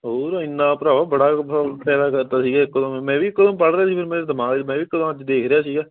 ਹੋਰ ਇੰਨਾ ਭਰਾਵਾ ਬੜਾ ਫ ਫਾਇਦਾ ਕਰ ਤਾ ਸੀਗਾ ਇਕਦਮ ਮੈਂ ਵੀ ਇਕਦਮ ਪੜ੍ਹ ਰਿਹਾ ਸੀ ਫਿਰ ਮੇਰੇ ਦਿਮਾਗ 'ਚ ਮੈਂ ਵੀ ਇਕਦਮ ਅੱਜ ਦੇਖ ਰਿਹਾ ਸੀਗਾ